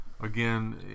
Again